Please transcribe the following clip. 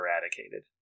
eradicated